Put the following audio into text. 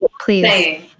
Please